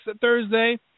Thursday